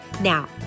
Now